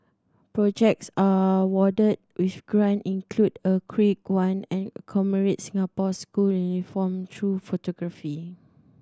projects are awarded with grant include a quirky one and commemorates Singapore's school uniform through photography